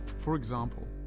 for example,